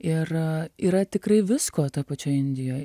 ir yra tikrai visko toj pačioj indijoj